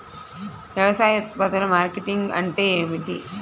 వ్యవసాయ ఉత్పత్తుల మార్కెటింగ్ అంటే ఏమిటి?